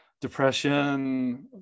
depression